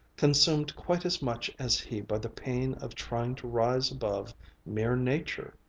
consumed quite as much as he by the pain of trying to rise above mere nature?